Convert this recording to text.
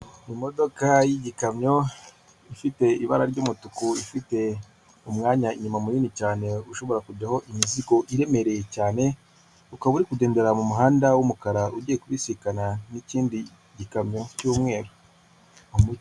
Mu modoka y'igikamyo ifite ibara ry'umutuku ifite umwanya inyuma munini cyane ushobora kujyaho imizigo iremereye cyane ukaba uri kugendera mu muhanda w'umukara ugiye kubisikana n'ikindi gikamyo cy'umweru.